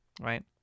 right